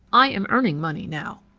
i am earning money now.